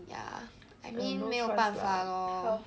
ya I mean 没有办法 lor